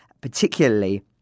particularly